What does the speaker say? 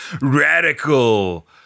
radical